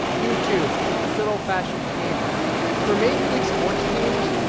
youtube and good old-fashioned cable and for major league sports teams,